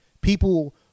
people